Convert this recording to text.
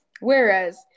Whereas